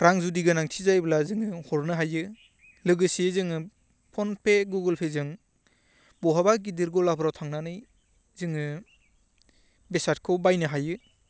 रां जुदि गोनांथि जायोब्ला जोङो हरनो हायो लोगोसेयै जोङो फन पे गुगोल पेजों बहाबा गिदिर गलाफ्राव थांनानै जोङो बेसादखौ बायनो हायो